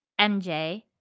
MJ